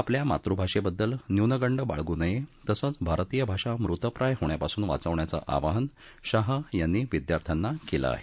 आपल्या मातृभाषेबद्दल न्यूनगंड बाळगू नये तसंच भारतीय भाषा मृतप्राय होण्यापासून वाचवण्याचं आवाहन शाह यांनी विद्यार्थ्यांना केलं आहे